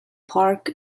park